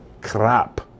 crap